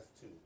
two